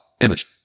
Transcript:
image